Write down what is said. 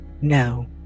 no